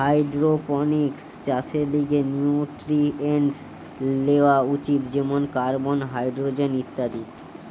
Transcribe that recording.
hydroponics চাষের লিগে nutrients লেওয়া উচিত যেমন কার্বন, হাইড্রোজেন ইত্যাদি